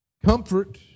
Comfort